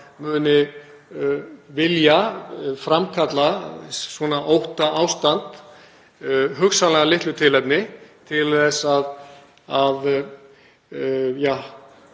muni vilja framkalla svona óttaástand, hugsanlega af litlu tilefni, til þess að